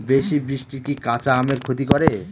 বেশি বৃষ্টি কি কাঁচা আমের ক্ষতি করে?